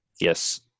Yes